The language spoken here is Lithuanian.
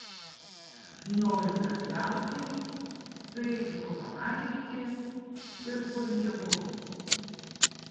noriu kalviauti turėti ko pavalgyti ir kur miegoti